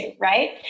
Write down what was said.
right